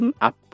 up